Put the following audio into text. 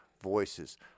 voices